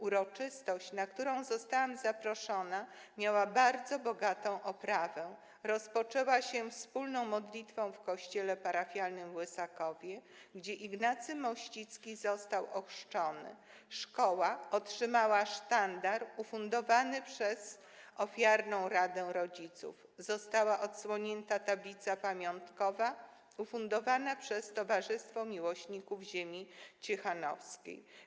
Uroczystość, na którą zostałam zaproszona, miała bardzo bogatą oprawę, rozpoczęła się wspólną modlitwą w kościele parafialnym w Łysakowie, gdzie Ignacy Mościcki został ochrzczony, szkoła otrzymała sztandar ufundowany przez ofiarną radę rodziców, została odsłonięta tablica pamiątkowa ufundowana przez Towarzystwo Miłośników Ziemi Ciechanowskiej.